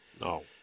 No